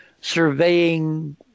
surveying